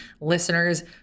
listeners